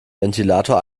ventilator